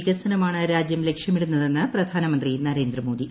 വികസനമാണ് രാജൃം ലക്ഷമിടുന്നതെന്ന് പ്രധാനമന്ത്രി നരേന്ദ്രമോദി